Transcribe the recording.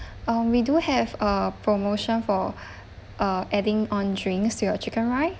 um we do have a promotion for uh adding on drinks to your chicken rice